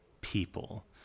people